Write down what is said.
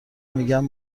میگن